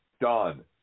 done